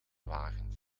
wagens